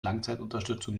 langzeitunterstützung